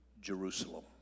Jerusalem